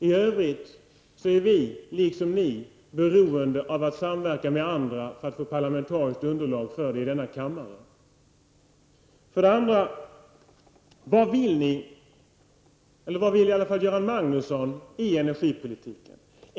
I övrigt är vi, liksom ni, beroende av att samverka med andra för att i denna kammare få parlamentariskt underlag för politiken. För det andra vill jag fråga: Vad vill ni, eller i varje fall Göran Magnusson, i energipolitiken?